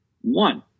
One